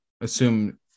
assume